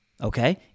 okay